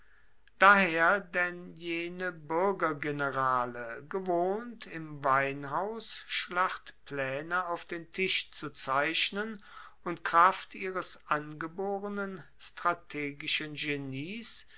daher denn jene buergergenerale gewohnt im weinhaus schlachtplaene auf den tisch zu zeichnen und kraft ihres angeborenen strategischen genies